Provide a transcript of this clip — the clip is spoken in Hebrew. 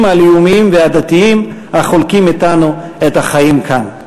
הלאומיים והדתיים החולקים אתנו את החיים כאן.